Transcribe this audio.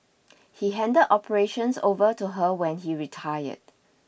he handed operations over to her when he retired